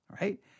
right